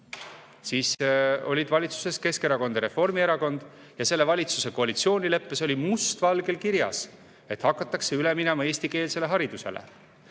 Siis olid valitsuses Keskerakond ja Reformierakond ning selle valitsuse koalitsioonileppes oli must valgel kirjas, et hakatakse üle minema eestikeelsele haridusele.